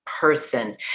person